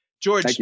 George